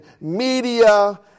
media